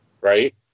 right